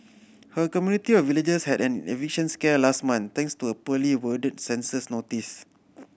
her community of villagers had an eviction scare last month thanks to a poorly worded census notice